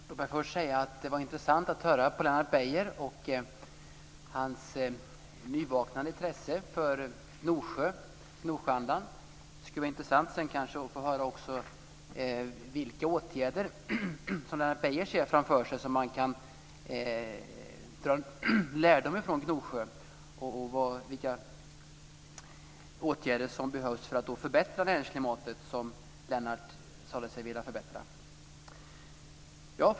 Fru talman! Låt mig först säga att det var intressant att höra på Lennart Beijer och hans nyvaknade intresse för Gnosjöandan. Det skulle vara intressant att också få höra vilka åtgärder som Lennart Beijer ser framför sig, vilken lärdom man kan dra av Gnosjö och vilka åtgärder som behövs för att förbättra näringsklimatet, som Lennart Beijer sade sig vilja förbättra.